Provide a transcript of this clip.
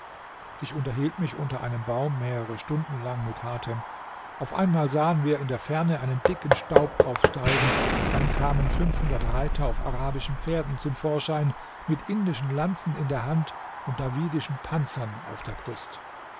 ich unterhielt mich unter einem baum mehrere stunden lang mit hatem auf einmal sahen wir in der ferne einen dicken staub aufsteigen dann kamen fünfhundert reiter auf arabischen pferden zum vorschein mit indischen lanzen in der hand und davidischen panzern auf der brust